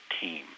team